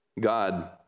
God